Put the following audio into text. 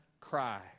cry